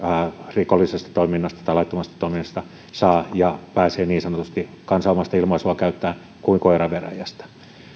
rikollisesta toiminnasta tai laittomasta toiminnasta saa ja pääsee niin sanotusti kansanomaista ilmaisua käyttäen kuin koira veräjästä